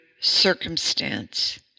circumstance